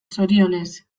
zorionez